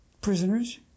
prisoners